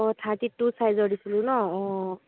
অ' thirty two ছাইজৰ দিছিলোঁ ন অ'